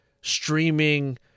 streaming